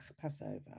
Passover